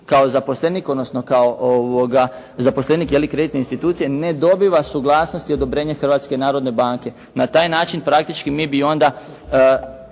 kao zaposlenik kreditne institucije ne dobiva suglasnost i odobrenje Hrvatske narodne banke. Na taj način praktički mi bi onda